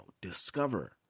discover